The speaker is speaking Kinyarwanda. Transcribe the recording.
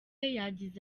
yagize